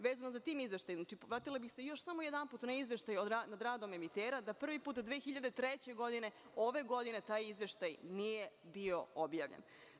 Vezano za taj izveštaj, vratila bih se samo još jedanput na izveštaj o radu emitera, da prvi put od 2003. godine ove godine taj izveštaj nije bio objavljen.